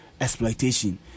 exploitation